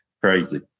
crazy